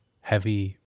heavy